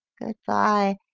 good-bye,